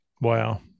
Wow